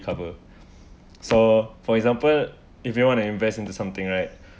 cover so for example if you want to invest into something right